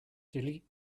delete